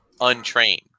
untrained